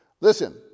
Listen